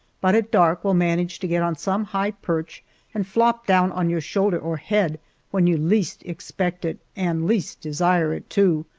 but at dark will manage to get on some high perch and flop down on your shoulder or head when you least expect it and least desire it, too.